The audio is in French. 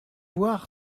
voir